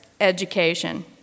education